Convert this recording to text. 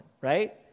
right